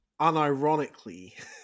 unironically